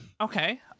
Okay